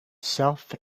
south